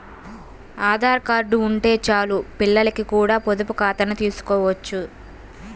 Aadhaar card ఉంటే చాలు పిల్లలకి కూడా పొదుపు ఖాతాను తీసుకోవచ్చు